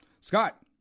scott